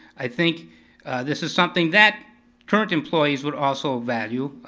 i think this is something that current employees would also value.